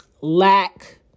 lack